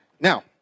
Now